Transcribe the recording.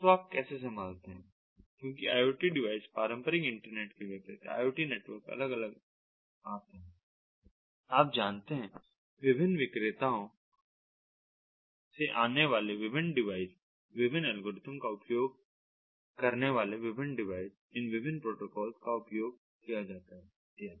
तो आप कैसे संभालते हैं क्योंकि IoT डिवाइस पारंपरिक इंटरनेट के विपरीत है IoT नेटवर्क अलग अलग आते हैं आप जानते हैं विभिन्न विक्रेताओं से आने वाले विभिन्न डिवाइस विभिन्न एल्गोरिदम का उपयोग करने वाले विभिन्न डिवाइस इन विभिन्न प्रोटोकॉल का उपयोग किया जाता है इत्यादि